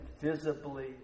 visibly